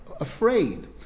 afraid